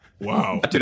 Wow